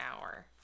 hour